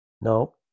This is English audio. No